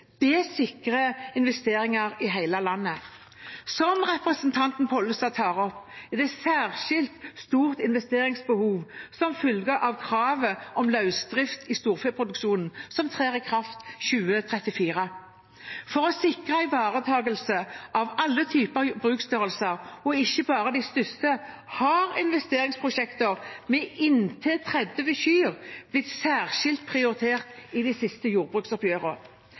Det sikrer investeringer i hele landet. Som representanten Pollestad tar opp, er det særskilt stort investeringsbehov som følge av kravet om løsdrift i storfeproduksjonen, som trer i kraft i 2034. For å sikre ivaretakelse av alle typer bruksstørrelser og ikke bare de største har investeringsprosjekter med inntil 30 kyr blitt særskilt prioritert i de siste jordbruksoppgjørene.